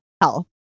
health